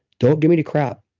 don't give me the crap.